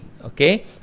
okay